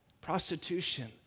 prostitution